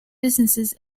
business